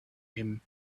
him